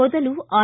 ಮೊದಲು ಆರ್